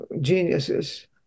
geniuses